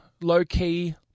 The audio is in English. low-key